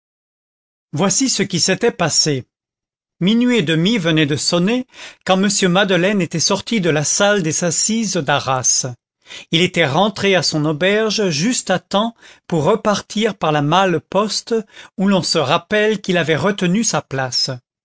voici ce qui s'était passé minuit et demi venait de sonner quand m madeleine était sorti de la salle des assises d'arras il était rentré à son auberge juste à temps pour repartir par la malle-poste où l'on se rappelle qu'il avait retenu sa place